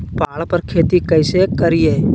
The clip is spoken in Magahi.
पहाड़ पर खेती कैसे करीये?